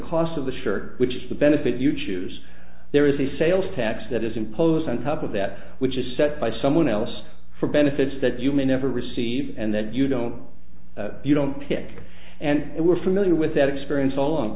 cost of the shirt which the benefit you choose there is the sales tax that is imposed on top of that which is set by someone else for benefits that you may never receive and that you don't you don't pick and we're familiar with that experience all on